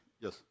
Yes